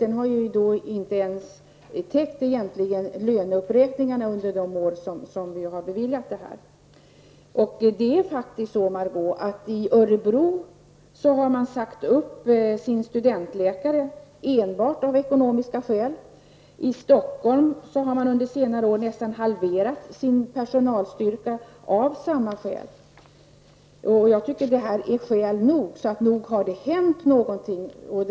Den har inte ens täckt löneuppräkningarna under de år som är aktuella. I Örebro har man faktiskt, Margó Ingvardsson, sagt upp sin studentläkare. Detta har man gjort enbart av ekonomiska skäl. Vidare har personalstyrkan i Stockholm under senare år nästan halverats -- och detta av samma anledning. Jag tycker att det här är skäl nog att göra någonting. Det har alltså hänt saker.